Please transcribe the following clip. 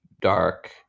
dark